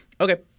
Okay